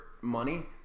money